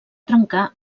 trencar